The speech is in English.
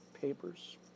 papers